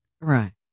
Right